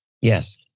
Yes